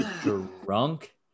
drunk